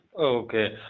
Okay